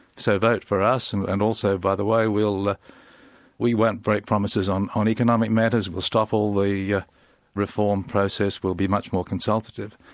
so vote for us and and also by the way, ah we won't break promises on on economic matters, we'll stop all the yeah reform process will be much more consultative.